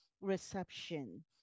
reception